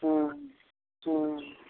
हूँ हूँ